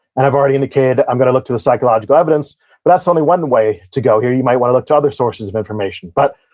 i've already indicated i'm going to look to the psychological evidence, but that's only one way to go here. you might want to look to other sources of information. but,